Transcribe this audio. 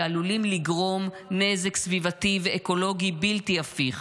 שעלולים לגרום נזק סביבתי ואקולוגי בלתי הפיך,